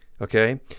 okay